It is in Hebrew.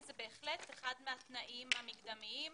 זה בהחלט אחד מהתנאים המקדמיים